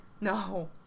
No